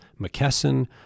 McKesson